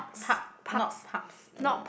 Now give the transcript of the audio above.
park not pubs